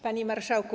Panie Marszałku!